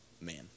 man